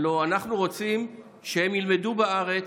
הלוא אנחנו רוצים שהם ילמדו בארץ,